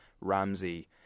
Ramsey